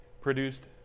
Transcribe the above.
produced